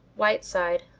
whiteside,